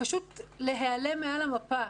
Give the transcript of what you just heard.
פשוט להיעלם מעל המפה.